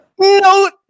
no